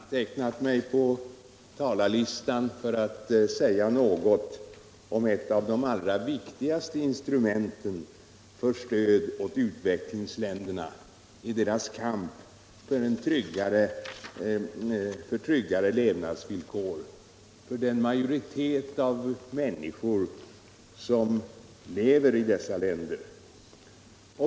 Fru talman! Jag har antecknat mig på talarlistan för att säga något om et av de allra viktigaste instrumenten för stöd åt utvecklingsländerna i deras kamp för tryggare levnadsvillkor för den majoritet av människor som lever i dessa länder.